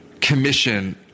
commission